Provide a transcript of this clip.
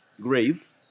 grave